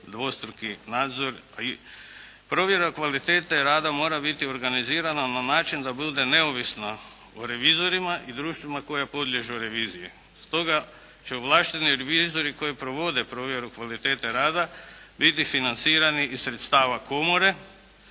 dvostruki nadzor. Provjera kvalitete rada mora biti organizirana na način da bude neovisna o revizorima i društvima koje podliježu reviziji. Stoga će ovlašteni revizori koji provode provjeru kvalitete rada, biti financirani iz sredstava komore